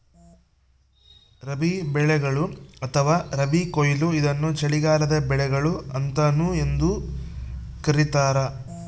ರಬಿ ಬೆಳೆಗಳು ಅಥವಾ ರಬಿ ಕೊಯ್ಲು ಇದನ್ನು ಚಳಿಗಾಲದ ಬೆಳೆಗಳು ಅಂತಾನೂ ಎಂದೂ ಕರೀತಾರ